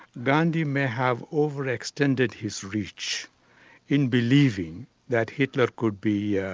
gandhi may have over-extended his reach in believing that hitler could be yeah